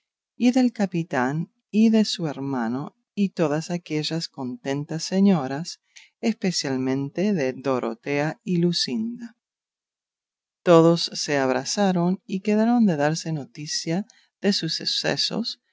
y del capitán y de su hermano y todas aquellas contentas señoras especialmente de dorotea y luscinda todos se abrazaron y quedaron de darse noticia de sus sucesos